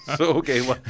okay